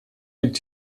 liegt